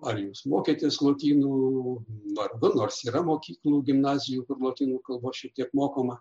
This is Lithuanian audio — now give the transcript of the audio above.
ar jūs mokėtės lotynų vargu nors yra mokyklų gimnazijų kur lotynų kalba šitiek mokoma